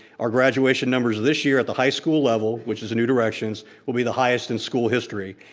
our graduation numbers this year at the high school level, which is a new direction, will be the highest in school history.